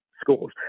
schools